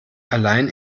allein